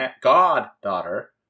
goddaughter